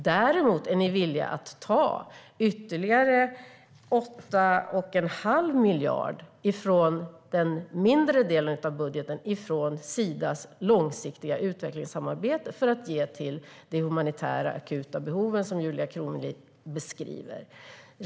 Däremot är ni villiga att ta ytterligare 8 1⁄2 miljard från den mindre delen i budgeten, alltså från Sidas långsiktiga utvecklingssamarbete, för att ge vid humanitära akuta behov så som Julia Kronlid beskriver.